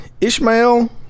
Ishmael